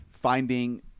finding